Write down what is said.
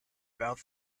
about